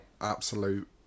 absolute